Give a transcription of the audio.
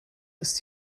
ist